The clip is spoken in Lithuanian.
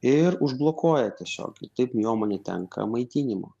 ir užblokuoja tiesiog ir taip mioma netenka maitinimo